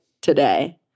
today